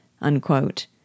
unquote